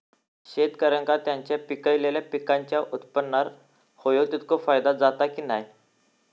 शेतकऱ्यांका त्यांचा पिकयलेल्या पीकांच्या उत्पन्नार होयो तितको फायदो जाता काय की नाय?